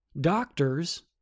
Doctors